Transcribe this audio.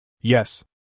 Yes